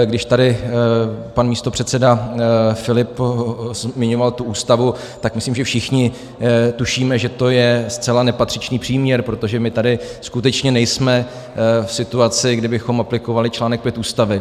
Když tady pan místopředseda Filip zmiňoval tu Ústavu, tak myslím, že všichni tušíme, že to je zcela nepatřičný příměr, protože my tady skutečně nejsme v situaci, kdy bychom aplikovali článek 5 Ústavy.